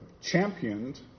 championed